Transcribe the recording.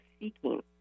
seeking